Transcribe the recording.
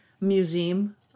museum